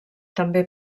també